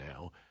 now